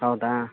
ಹೌದಾ